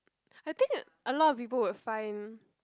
I think a lot of people would find